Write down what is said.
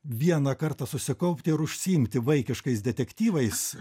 vieną kartą susikaupti ir užsiimti vaikiškais detektyvais